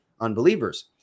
unbelievers